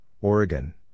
Oregon